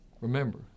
remember